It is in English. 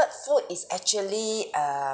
food is actually err